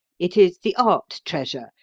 it is the art treasure,